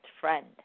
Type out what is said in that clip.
friend